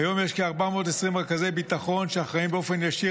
כיום יש כ-420 רכזי ביטחון שאחראים באופן ישיר